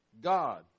God